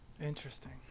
interesting